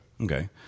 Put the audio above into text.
Okay